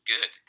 good